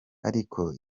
ariko